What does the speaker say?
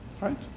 Right